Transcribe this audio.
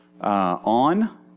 on